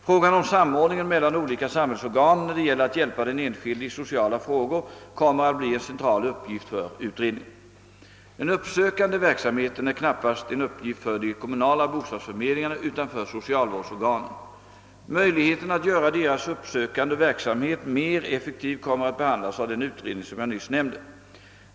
Frågan om samordningen mellan olika samhällsorgan när det gäller att hjälpa den enskilde i sociala frågor kommer att bli en central uppgift för utredningen. Den uppsökande verksamheten är knappast en uppgift för de kommunala bostadsförmedlingarna utan för socialvårdsorganen. Möjligheterna att göra deras uppsökande verksamhet mer effektiv kommer att behandlas av den utredning som jag nyss nämnde.